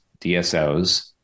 DSOs